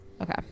Okay